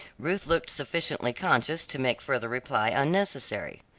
ruth looked sufficiently conscious to make further reply unnecessary.